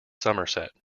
somerset